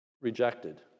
rejected